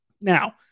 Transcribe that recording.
Now